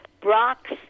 Brock's